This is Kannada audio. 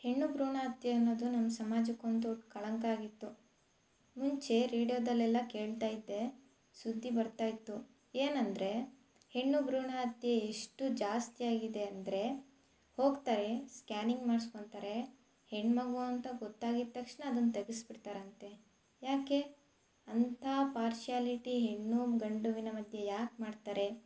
ಹೆಣ್ಣು ಭ್ರೂಣ ಹತ್ಯೆ ಎನ್ನೋದು ನಮ್ಮ ಸಮಾಜಕ್ಕೆ ಒಂದು ದೊಡ್ಡ ಕಳಂಕ ಆಗಿತ್ತು ಮುಂಚೆ ರೇಡಿಯೋದಲ್ಲೆಲ್ಲ ಕೇಳ್ತಾ ಇದ್ದೆ ಸುದ್ದಿ ಬರ್ತಾ ಇತ್ತು ಏನೆಂದ್ರೆ ಹೆಣ್ಣು ಭ್ರೂಣ ಹತ್ಯೆ ಎಷ್ಟು ಜಾಸ್ತಿ ಆಗಿದೆ ಅಂದರೆ ಹೋಗ್ತಾರೆ ಸ್ಕ್ಯಾನಿಂಗ್ ಮಾಡಿಸ್ಕೋತಾರೆ ಹೆಣ್ಣು ಮಗು ಅಂತ ಗೊತ್ತಾಗಿದ್ದ ತಕ್ಷಣ ಅದನ್ನು ತೆಗೆಸಿ ಬಿಡ್ತಾರಂತೆ ಯಾಕೆ ಅಂಥ ಪಾರ್ಶ್ಯಾಲಿಟಿ ಹೆಣ್ಣು ಗಂಡುವಿನ ಮಧ್ಯೆ ಯಾಕೆ ಮಾಡ್ತಾರೆ